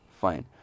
fine